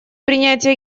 принятия